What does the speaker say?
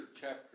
chapter